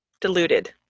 diluted